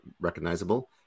recognizable